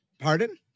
Pardon